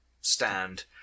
stand